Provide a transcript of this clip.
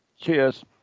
Cheers